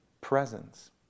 presence